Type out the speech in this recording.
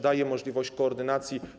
Daje możliwość koordynacji.